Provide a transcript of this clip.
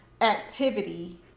activity